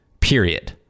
period